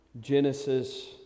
Genesis